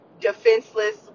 defenseless